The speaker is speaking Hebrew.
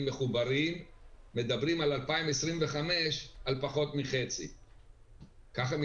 דובר קודם על הנושא של חברות חלוקה שוב אני